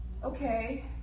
okay